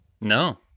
No